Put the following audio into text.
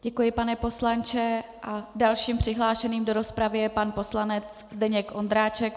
Děkuji, pane poslanče, a dalším přihlášeným do rozpravy je pan poslanec Zdeněk Ondráček.